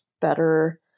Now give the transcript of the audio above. better